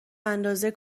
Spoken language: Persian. اندازه